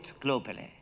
globally